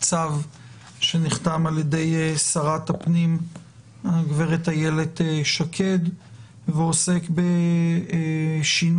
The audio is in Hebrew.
צו שנחתם על ידי שרת הפנים הגב' איילת שקד ועוסק בשינוי